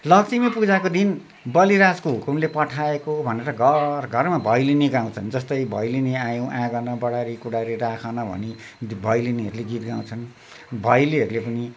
लक्ष्मीपूजाको दिन बलिराजको हुकुमले पठाएको भनेर घरघरमा भैलिनी गाउँछन् जस्तै भैलेनी आयौँ आँगन बडारी कुँडारी राखन भनी भैलिनीहरूले गीत गाउँछन् भैलीहरूले पनि